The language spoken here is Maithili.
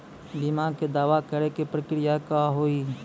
बीमा के दावा करे के प्रक्रिया का हाव हई?